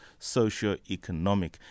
socioeconomic